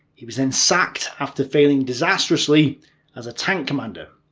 he was then sacked after failing disastrously as a tank commander.